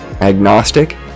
agnostic